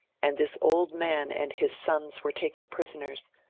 and this old man and his sons were taken prisoners.